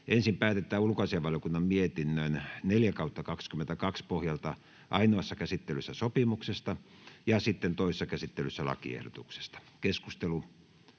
Ensin päätetään liikenne- ja viestintävaliokunnan mietinnön LiVM 5/2022 vp pohjalta ainoassa käsittelyssä sopimuksesta ja sitten toisessa käsittelyssä lakiehdotuksesta. Osittain